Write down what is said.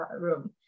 room